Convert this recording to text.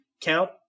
count